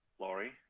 Laurie